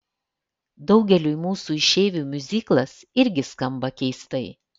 daugeliui mūsų išeivių miuziklas irgi skamba keistai